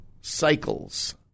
cycles